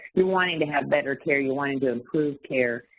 you're wanting to have better care, you're wanting to improve care.